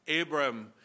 Abram